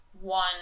one